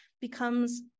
becomes